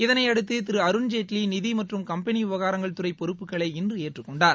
இதனை அடுத்து திரு அருண்ஜேட்வி நிதி மற்றும் கம்பெனி விவகாரங்கள் துறை பொறப்புகளை இன்று ஏற்றுக்கொண்டார்